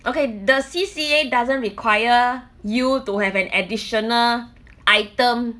okay the C_C_A doesn't require you to have an additional item